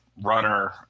runner